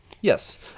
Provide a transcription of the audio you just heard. Yes